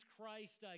Christ